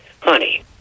Honey